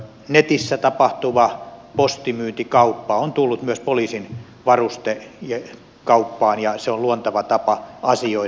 netissä tapahtuva postimyyntikauppa on tullut myös poliisin varustekauppaan ja se on luonteva tapa asioida